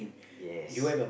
yes